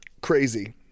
crazy